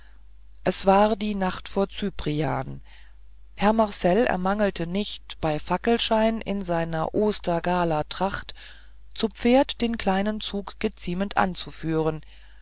es war die nacht vor cyprian herr marcell ermangelte nicht bei fackelschein in seiner ostergalatracht zu pferde den kleinen zug geziemend anzuführen